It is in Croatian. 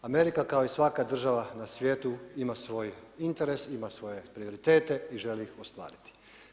Amerika kao i svaka država na svijetu ima svoj interes, ima svoje prioritete i želi ih ostvariti.